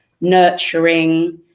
nurturing